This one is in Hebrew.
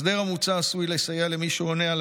ההסדר המוצע עשוי לסייע למי שעונה על